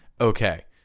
okay